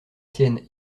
sienne